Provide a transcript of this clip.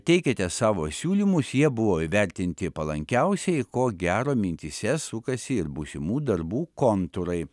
teikėte savo siūlymus jie buvo įvertinti palankiausiai ko gero mintyse sukasi ir būsimų darbų kontūrai